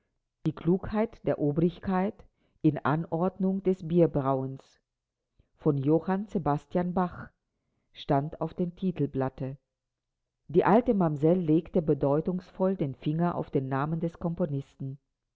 die klugheit der obrigkeit in anordnung des bierbrauens von johann sebastian bach stand auf dem titelblatte die alte mamsell legte bedeutungsvoll den finger auf den namen des komponisten